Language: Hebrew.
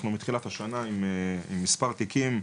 אנחנו מתחילת השנה עם 3 תיקים,